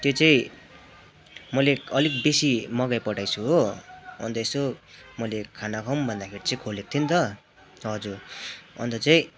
त्यो चाहिँ मैले अलिक बेसि मगाइ पठाएछु हो अन्त यसो मैले खाना खाउँ भन्दाखेरि चाहिँ खोलेको थिएँ नि त हो हजुर अन्त चाहिँ